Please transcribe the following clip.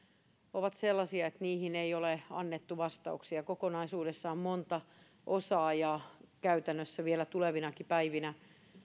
ovat sellaisia että niihin ei ole annettu vastauksia kokonaisuudessa on monta osaa ja käytännössä vielä tulevinakin päivinä